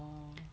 oh